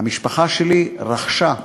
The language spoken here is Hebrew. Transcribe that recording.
המשפחה שלי רכשה,